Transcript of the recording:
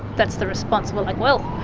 that's the response. we're like, well,